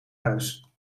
huis